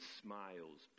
smiles